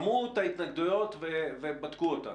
שמעו את ההתנגדויות ובדקו אותן.